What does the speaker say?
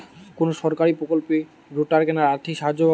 কোন সরকারী প্রকল্পে রোটার কেনার আর্থিক সাহায্য পাব?